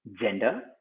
gender